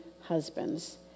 husbands